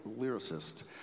lyricist